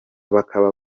bakaba